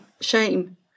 shame